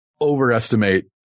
overestimate